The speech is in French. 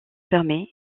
fermée